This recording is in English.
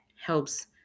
helps